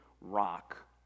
rock